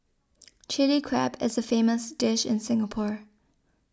Chilli Crab is a famous dish in Singapore